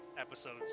episodes